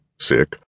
sick